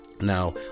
now